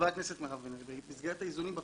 חברת הכנסת מירב בן ארי, במסגרת האיזונים בחוק,